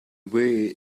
were